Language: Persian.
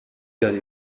دادی